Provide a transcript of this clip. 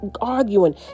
arguing